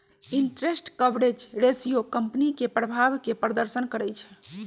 interest coverage ratio company के प्रभाव के प्रदर्शन करइ छै